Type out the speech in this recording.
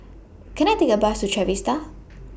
Can I Take A Bus to Trevista